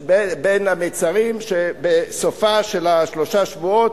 בין-המצרים, שבסופם, של שלושת השבועות,